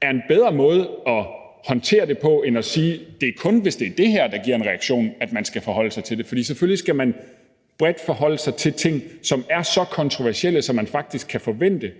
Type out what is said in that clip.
er en bedre måde at håndtere det på frem for at sige, at det kun er, hvis det er det her, der giver en reaktion, at man skal forholde sig til det. Man skal selvfølgelig bredt forholde sig til ting, som er så kontroversielle, at man faktisk kan forvente